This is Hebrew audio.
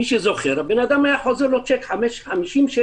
מי שזוכר צ'ק שחזר על סכום של 50 שקל,